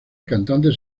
cantante